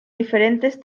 diferentes